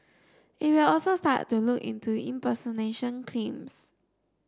it will also start to look into impersonation